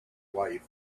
life